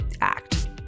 act